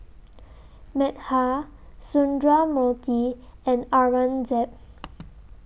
Medha Sundramoorthy and Aurangzeb